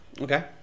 Okay